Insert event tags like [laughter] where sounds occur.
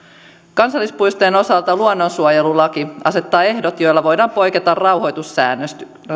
kansallispuistojen osalta luonnonsuojelulaki asettaa ehdot joilla voidaan poiketa rauhoitussäännöksistä [unintelligible]